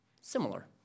similar